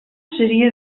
seria